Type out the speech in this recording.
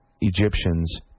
Egyptians